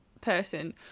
person